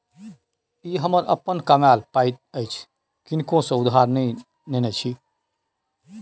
ई हमर अपन कमायल पाय अछि किनको सँ उधार नहि नेने छी